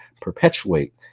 perpetuate